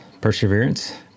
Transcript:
perseverance